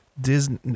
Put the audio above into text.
Disney